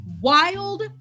Wild